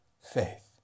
faith